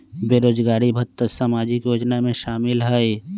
बेरोजगारी भत्ता सामाजिक योजना में शामिल ह ई?